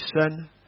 son